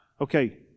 okay